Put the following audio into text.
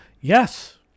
Yes